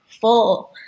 full